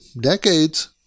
decades